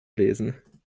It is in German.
lesen